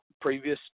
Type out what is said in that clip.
previous